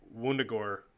Wundagore